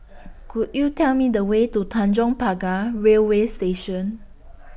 Could YOU Tell Me The Way to Tanjong Pagar Railway Station